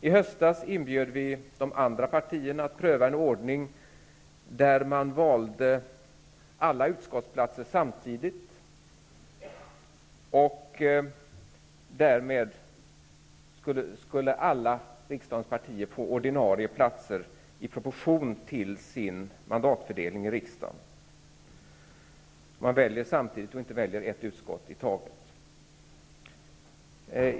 I höstas inbjöd vi de andra partierna att pröva en ordning där man valde ledamöter till alla utskottsplatser samtidigt, och därmed skulle alla riksdagens partier få ordinarie platser i utskotten i proportion till mandatfördelningen i riksdagen. Det var alltså fråga om att välja alla platser samtidigt och inte för ett utskott i taget.